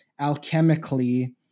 alchemically